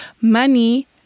money